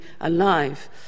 alive